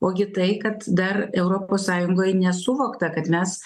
ogi tai kad dar europos sąjungoj nesuvokta kad mes